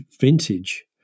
vintage